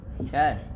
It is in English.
Okay